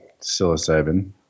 psilocybin